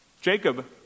Jacob